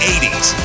80s